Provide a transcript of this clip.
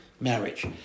marriage